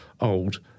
old